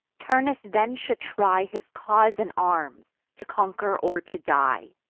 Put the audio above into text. turnus then should try his cause in arms, to conquer or to die.